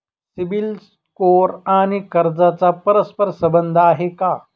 CIBIL score आणि कर्जाचा परस्पर संबंध आहे का?